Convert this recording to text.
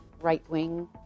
right-wing